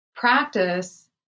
practice